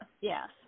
Yes